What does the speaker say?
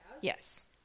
Yes